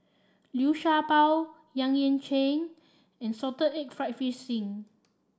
Liu Sha Bao Yang Ying Ching and Salted Egg fried fish skin